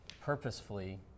purposefully